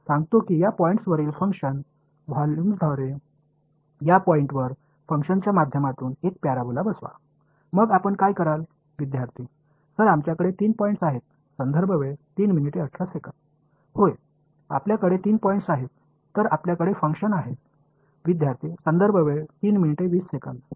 நான் உங்களுக்கு மூன்று புள்ளிகளைக் கொடுத்துள்ளேன் மேலும் இந்த புள்ளியின் மூலம் எனக்கு ஒரு பரபோலாவை இந்த புள்ளிகளில் உள்ள செயல்பாட்டு மதிப்புகள் மூலம் நான் குறிக்கும் ஃபங்ஷனை பொருத்துங்கள் என்று சொல்கிறேன்